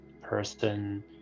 person